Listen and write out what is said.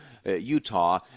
utah